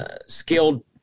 skilled –